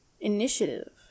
initiative